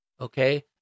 Okay